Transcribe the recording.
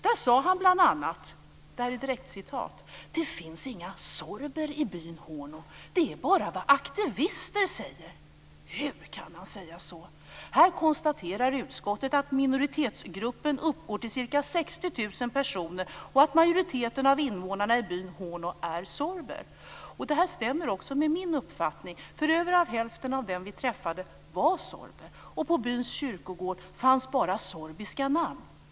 Där sade han bl.a.: "Det finns inga sorber i byn Horno, det är bara vad aktivister säger." Hur kan han säga så? Utskottet konstaterar att minoritetsgruppen uppgår till ca 60 000 personer, och att majoriteten av invånarna i byn Horno är sorber. Det här stämmer också med min uppfattning. Över hälften av dem som jag träffade var sorber, och på byns kyrkogård fanns det bara sorbiska namn.